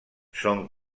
son